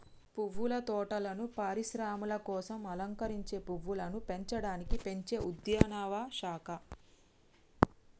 పువ్వుల తోటలను పరిశ్రమల కోసం అలంకరించే పువ్వులను పెంచడానికి పెంచే ఉద్యానవన శాఖ